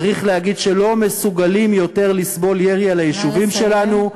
צריך להגיד שלא מסוגלים יותר לסבול ירי על היישובים שלנו.